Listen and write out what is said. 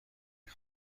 کمک